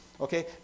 okay